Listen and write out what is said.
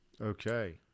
Okay